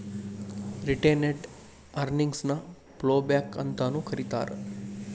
retained earnings ನ flowback ಅಂತಾನೂ ಕರೇತಾರ